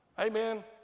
Amen